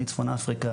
מצפון אפריקה,